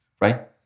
right